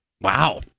Wow